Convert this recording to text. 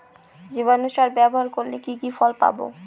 জীবাণু সার ব্যাবহার করলে কি কি ফল পাবো?